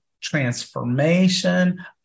transformation